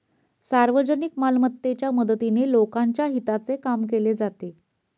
सार्वजनिक मालमत्तेच्या मदतीने लोकांच्या हिताचे काम केले जाते